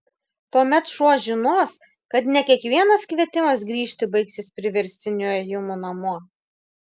tuomet šuo žinos kad ne kiekvienas kvietimas grįžti baigsis priverstiniu ėjimu namo